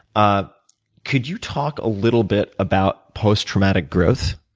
ah could you talk a little bit about post-traumatic growth?